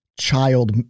child